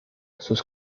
sus